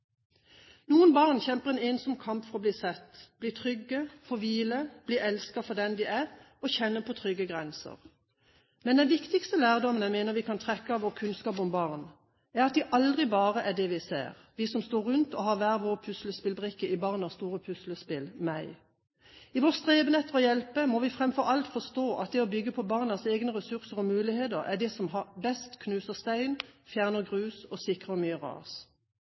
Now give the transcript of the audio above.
Noen barn kjemper en ensom kamp for å bli sett, bli trygge, få hvile, bli elsket for den de er, og kjenne på trygge grenser. Men den viktigste lærdommen jeg mener vi kan trekke av vår kunnskap om barn, er at de aldri bare er det vi ser, vi som står rundt og har hver vår puslespillbrikke i barnas store puslespill: MEG. I vår streben etter å hjelpe må vi framfor alt forstå at det å bygge på barnas egne ressurser og muligheter er det som best knuser stein, fjerner grus og sikrer nye ras.